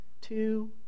two